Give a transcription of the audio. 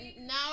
Now